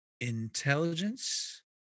intelligence